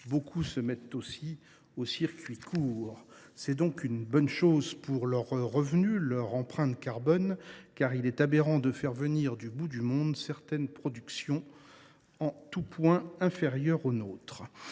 Beaucoup se mettent d’ailleurs aux circuits courts. C’est une bonne chose pour leurs revenus et leur empreinte carbone, car il est aberrant de faire venir du bout du monde certaines productions en tous points inférieures aux nôtres.